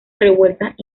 revueltas